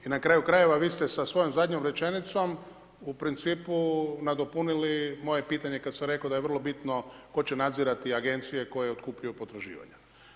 I na kraju krajeva, vi ste sa svojom zadnjom rečenicom u principu nadopunili moje pitanje kad sam rekao da je vrlo tko će nadzirati agencije koje otkupljuju potraživanja.